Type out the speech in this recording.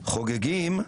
חוגגים,